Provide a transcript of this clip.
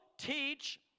teach